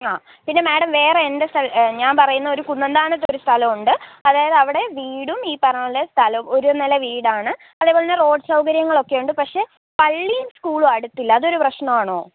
ആ പിന്നെ മേഡം വേറെ എൻ്റെ ഞാൻ പറയുന്ന ഒരു കുന്നന്താനത്ത് ഒരു സ്ഥലമുണ്ട് അതായത് അവിടെ വീടും ഈ പറഞ്ഞത് പോലെ സ്ഥലം ഒരു നില വീടാണ് അതേപോലെ തന്നെ റോഡ് സൗകര്യങ്ങളൊക്കെയുണ്ട് പക്ഷെ പള്ളിയും സ്കൂളും അടുത്തില്ല അതൊരു പ്രശ്നമാണോ